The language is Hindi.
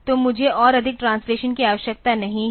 तो मुझे और अधिक ट्रांसलेशन की आवश्यकता नहीं है